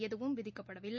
எதுவும் விதிக்கப்படவில்லை